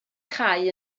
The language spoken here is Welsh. chau